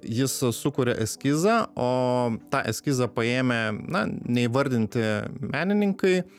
jis sukuria eskizą o tą eskizą paėmę na neįvardinti menininkai